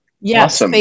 Yes